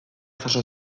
jaso